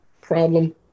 problem